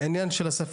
תודה.